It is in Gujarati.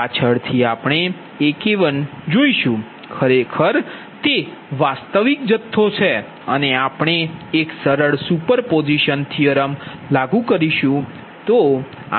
પાછળથી આપણે AK1 જોશું ખરેખર તે વાસ્તવિક જથ્થો છે અને આપણે એક સરળ સુપર પોઝિશન લાગુ કરીશું